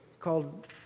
called